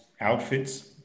outfits